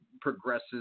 progresses